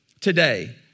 today